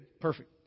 Perfect